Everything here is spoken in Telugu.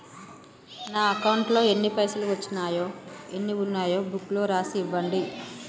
నా అకౌంట్లో ఎన్ని పైసలు వచ్చినాయో ఎన్ని ఉన్నాయో బుక్ లో రాసి ఇవ్వండి?